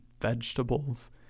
vegetables